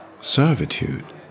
Servitude